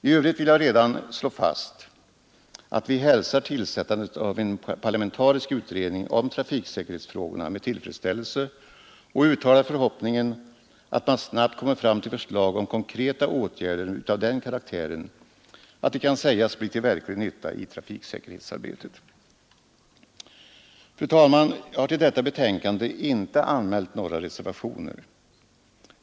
I övrigt vill jag slå fast att vi hälsar tillsättandet av en parlamentarisk utredning om trafiksäkerhetsfrågorna med tillfredsställelse, och jag uttalar förhoppningen att man snabbt kommer fram till förslag om konkreta åtgärder av den karaktären att de kan sägas bli till verklig nytta i trafiksäkerhetsarbetet. Fru talman! Jag har till detta betänkande inte anmält några reservationer.